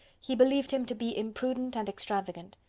he believed him to be imprudent and extravagant.